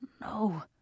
No